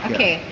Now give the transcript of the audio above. Okay